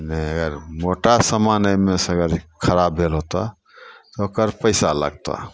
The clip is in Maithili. नहि अगर मोटा समान एहिमेसे अगर खराब भेल होतऽ तऽ ओकर पइसा लगतऽ